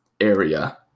area